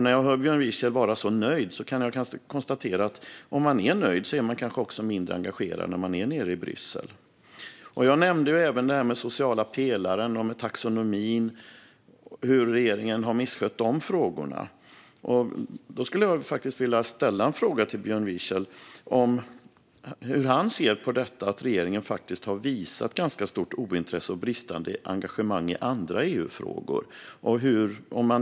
När jag hör Björn Wiechel vara så här nöjd kan jag konstatera att den som är nöjd kanske också är mindre engagerad nere i Bryssel. Jag nämnde även detta med den sociala pelaren och taxonomin, det vill säga hur regeringen har misskött de frågorna. Jag skulle vilja ställa frågan till Björn Wiechel hur han ser på att regeringen faktiskt har visat ett ganska stort ointresse och bristande engagemang i andra EU-frågor.